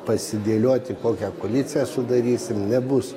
pasidėlioti kokią koaliciją sudarysim nebus